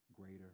greater